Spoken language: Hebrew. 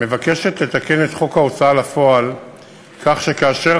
מבקשת לתקן את חוק ההוצאה לפועל כך שכאשר